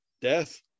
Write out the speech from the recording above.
death